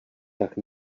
tak